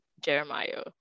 Jeremiah